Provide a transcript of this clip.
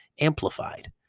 amplified